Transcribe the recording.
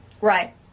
Right